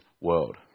world